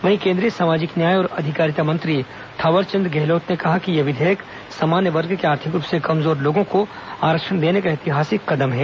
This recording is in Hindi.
वहीं केन्द्रीय सामाजिक न्याय और अधिकारिता मंत्री थावरचन्द गहलोत ने कहा कि यह विधेयक सामान्य वर्ग के आर्थिक रूप से कमजोर लोगों को आरक्षण देने का ऐतिहासिक कदम है